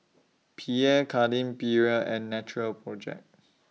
Pierre Cardin Perrier and Natural Project